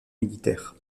militaire